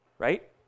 Right